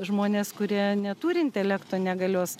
žmones kurie neturi intelekto negalios